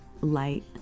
light